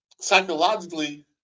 psychologically